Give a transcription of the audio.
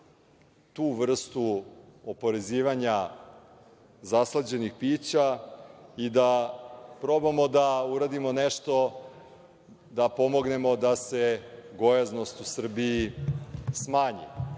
tu vrstu oporezivanja zaslađenih pića i da probamo da uradimo nešto, da pomognemo da se gojaznost u Srbiji smanji.